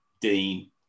Dean